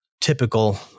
typical